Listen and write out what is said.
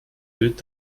wild